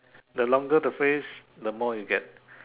the longer the phrase the more you get